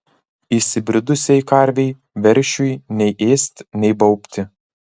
įsibridusiai karvei veršiui nei ėsti nei baubti